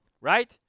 Right